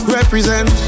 Represent